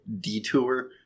detour